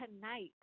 tonight